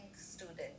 student